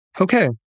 Okay